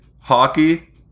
Hockey